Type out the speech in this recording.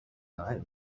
eye